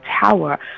tower